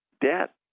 Debt